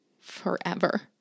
forever